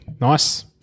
Nice